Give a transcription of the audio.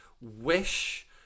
Wish